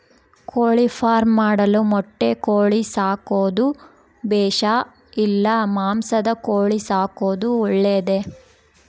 ಕೋಳಿಫಾರ್ಮ್ ಮಾಡಲು ಮೊಟ್ಟೆ ಕೋಳಿ ಸಾಕೋದು ಬೇಷಾ ಇಲ್ಲ ಮಾಂಸದ ಕೋಳಿ ಸಾಕೋದು ಒಳ್ಳೆಯದೇ?